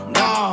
no